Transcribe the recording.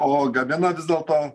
o gamina vis dėlto